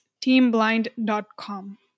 teamblind.com